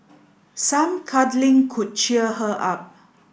some cuddling could cheer her up